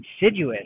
insidious